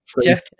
Jeff